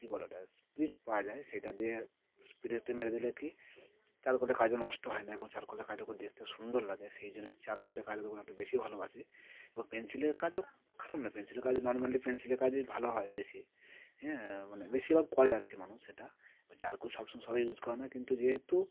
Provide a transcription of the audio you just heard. কী বলে ওটা স্পিরিট পাওয়া যায় সেটা দিয়ে স্পিরিটে মেরে দিলে কী চারকোলে কাজও নষ্ট হয় না এবং চারকোলের কাজ উপর দিয়ে দেখতে সুন্দর লাগে সেই জন্যে চারকোলে কাজের একটু বেশি ভালোবাসি এবং পেন্সিলের কাজও খারাপ নয় পেন্সিলের কাজে নর্মালি পেন্সিলের কাজই ভালো হয় বেশি হ্যাঁ মানে বেশিরভাগ করে আর কি মানুষ সেটা এবার চারকোল সবসময় সবাই ইউজ করে না কিন্তু যেহেতু